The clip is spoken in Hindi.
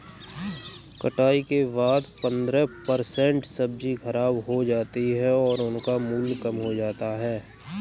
कटाई के बाद पंद्रह परसेंट सब्जी खराब हो जाती है और उनका मूल्य कम हो जाता है